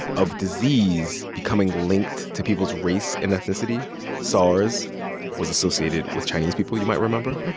of disease becoming linked to people's race and ethnicity sars was associated with chinese people, you might remember.